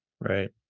Right